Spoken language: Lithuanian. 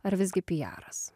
ar visgi pijaras